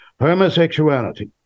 homosexuality